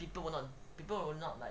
people will not people will not like